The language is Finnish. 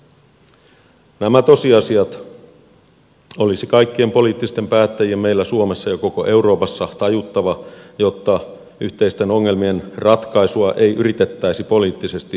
nämä tosiasiat olisi kaikkien poliittisten päättä jien meillä suomessa ja koko euroopassa tajuttava jotta yhteisten ongelmien ratkaisua ei yritettäisi poliittisesti mahdottomilla keinoilla